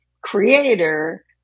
creator